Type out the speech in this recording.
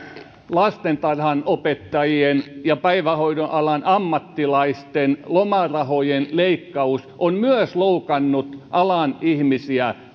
lastentarhanopettajien ja päivähoidon alan ammattilaisten lomarahojen leikkaus on loukannut alan ihmisiä